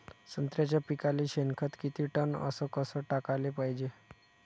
संत्र्याच्या पिकाले शेनखत किती टन अस कस टाकाले पायजे?